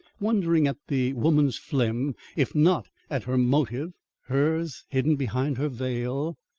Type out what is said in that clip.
wondering at the woman's phlegm if not at her motive hers, hidden behind her veil,